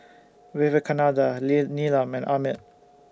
Vivekananda Lee Neelam and Amit